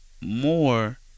more